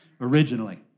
originally